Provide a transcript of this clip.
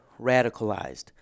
radicalized